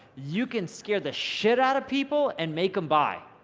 you can scare the shit out of people and make em buy.